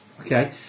Okay